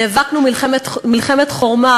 נאבקנו מלחמת חורמה,